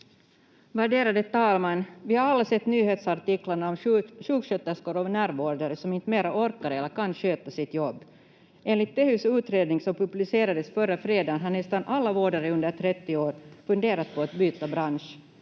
Värderade talman! Vi har alla sett nyhetsartiklarna om sjuksköterskor och närvårdare som inte längre orkar eller kan sköta sitt jobb. Enligt Tehys utredning som publicerades förra fredagen har nästan alla vårdare under 30 år funderat på att byta bransch.